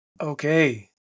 Okay